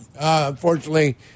unfortunately